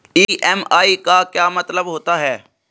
EMI का क्या मतलब होता है?